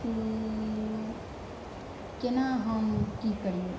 की केना हम की करियै